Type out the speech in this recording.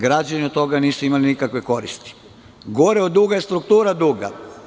Građani od toga nisu imali nikakve koristi i gore od duga je struktura duga.